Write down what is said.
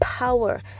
power